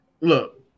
Look